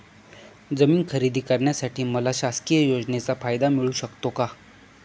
जमीन खरेदी करण्यासाठी मला शासकीय योजनेचा फायदा मिळू शकतो का?